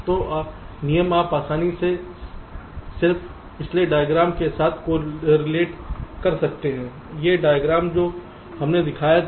तो नियम आप आसानी से सिर्फ पिछले डायग्राम के साथ कोरिलेट कर सकते हैं यह डायग्राम जो हमने दिखाया था